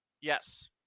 Yes